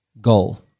goal